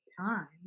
time